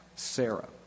Sarah